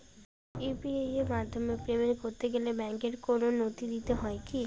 UPI এর মাধ্যমে payment করতে গেলে ব্যাংকের কোন নথি দিতে হয় কি?